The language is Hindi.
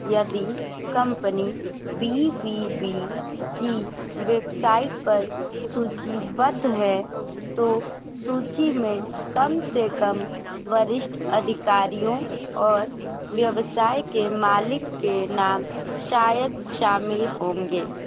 यदि कंपनी बी बी बी की वेबसाइट पर सूचीबद्ध है तो सूची में कम से कम वरिष्ठ अधिकारियों और व्यवसाय के मालिक के नाम शायद शामिल होंगे